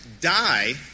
die